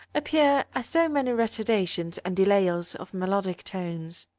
appear as so many retardations and delayals of melodic tones.